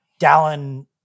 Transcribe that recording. Dallin